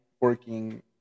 working